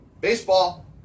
Baseball